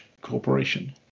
Corporation